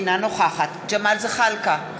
אינה נוכחת ג'מאל זחאלקה,